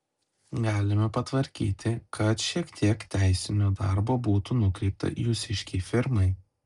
galime patvarkyti kad šiek tiek teisinio darbo būtų nukreipta jūsiškei firmai